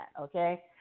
okay